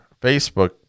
Facebook